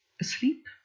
asleep